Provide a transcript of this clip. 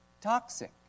toxic